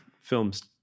films